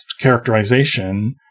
characterization